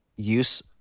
Use